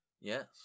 yes